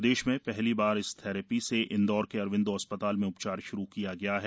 प्रदेश में पहली बार इस थेरेपी से इंदौर के अरबिंदो अस्पताल में उपचार शुरु किया गया है